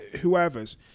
whoever's